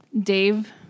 Dave